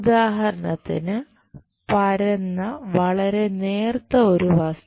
ഉദാഹരണത്തിന് പരന്ന വളരെ നേർത്ത ഒരു വസ്തു